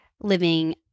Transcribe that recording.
living